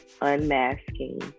unmasking